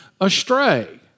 astray